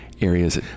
areas